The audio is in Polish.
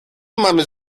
mamy